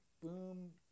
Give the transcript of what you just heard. boom